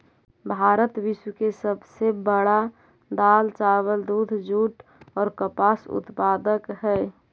भारत विश्व के सब से बड़ा दाल, चावल, दूध, जुट और कपास उत्पादक हई